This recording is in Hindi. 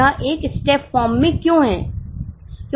यह एक स्टेप फॉर्म में क्यों है